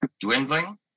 dwindling